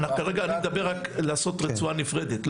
כרגע אני מדבר רק על לעשות רצועה נפרדת,